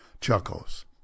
chuckles